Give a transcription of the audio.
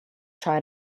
try